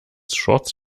shorts